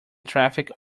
traffic